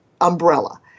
umbrella